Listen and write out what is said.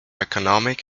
economic